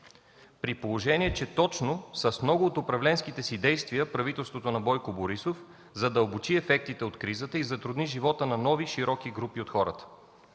при положение, че точно с много от управленските си действия правителството на Бойко Борисов задълбочи ефектите от кризата и затрудни живота на нови широки групи от хората.